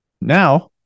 Now